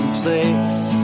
place